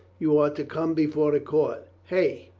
you are to come before the court! hey!